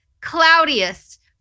cloudiest